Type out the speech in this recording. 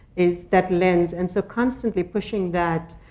is that lens. and so constantly pushing that,